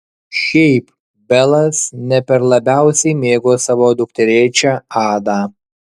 šiaip belas ne per labiausiai mėgo savo dukterėčią adą